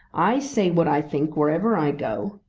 i say what i think wherever i go,